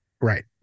Right